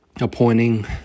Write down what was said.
Appointing